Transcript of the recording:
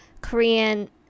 Korean